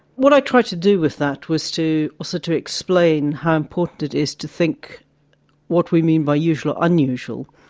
what i tried to do with that was to so to explain how important it is to think what we mean by usual or unusual.